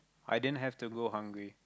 i didn't have to go hungry